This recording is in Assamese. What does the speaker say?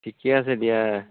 ঠিকে আছে দিয়া